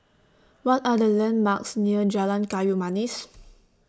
What Are The landmarks near Jalan Kayu Manis